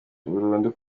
burundu